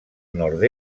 nord